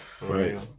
right